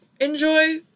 enjoy